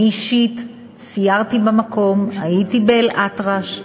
אני אישית סיירתי במקום, הייתי באלאטרש,